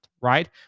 right